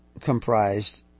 comprised